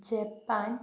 Japan